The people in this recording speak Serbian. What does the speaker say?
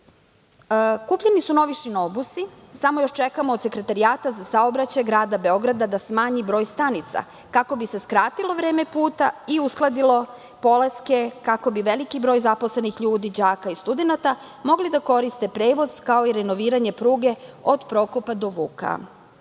SNS.Kupljeni su i novi šinobusi, samo još čekamo od Sekretarijata za saobraćaj grada Beograda da smanji broj stanica kako bi se skratilo vreme puta i uskladilo polaske i kako bi veliki broj zaposlenih ljudi, đaka i studenata mogli da koriste prevoz kao i renoviranje pruge od Prokopa do Vuka,